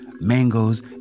mangoes